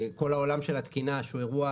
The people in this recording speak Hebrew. כל העולם של התקינה שהוא אירוע